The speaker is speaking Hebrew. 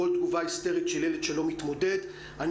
כל תגובה היסטרית של ילד שלא מתמודד אני